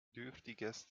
dürftiges